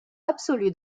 absolu